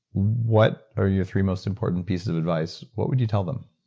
what are your three most important pieces of advice, what would you tell them?